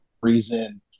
reason